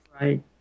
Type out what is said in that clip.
right